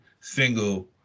single